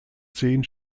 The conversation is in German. zehn